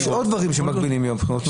יש עוד דברים שמגבילים ביום בחירות.